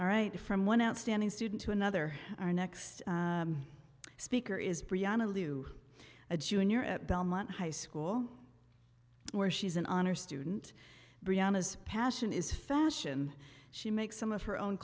right from one outstanding student to another our next speaker is brianna lu a junior at belmont high school where she's an honor student brianna's passion is fashion she makes some of her own